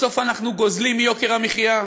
בסוף אנחנו גוזלים מיוקר המחיה.